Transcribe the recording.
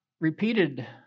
repeated